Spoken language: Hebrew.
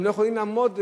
הם לא יכולים לעמוד,